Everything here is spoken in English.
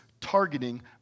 targeting